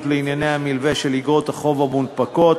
לענייני המלווה של איגרות החוב המונפקות